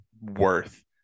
worth